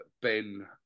Ben